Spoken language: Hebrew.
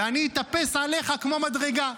ואני אטפס עליך כמו מדרגה.